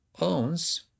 owns